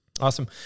Awesome